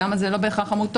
שם זה לא בהכרח עמותות.